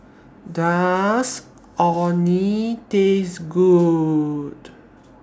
Does Orh Nee Taste Good